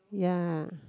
ya